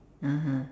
(uh huh)